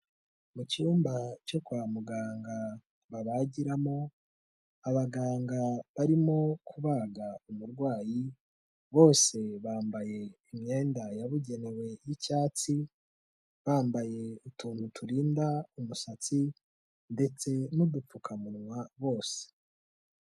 Mu cyumba cyo kwa muganga babagiramo, abaganga barimo kubaga umurwayi, bose bambaye imyenda yabugenewe y'icyatsi, bambaye utuntu turinda umusatsi ndetse n'udupfukamunwa bose.